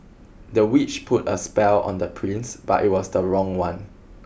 the witch put a spell on the prince but it was the wrong one